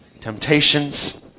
temptations